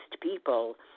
people